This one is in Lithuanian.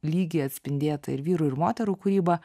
lygiai atspindėta ir vyrų ir moterų kūryba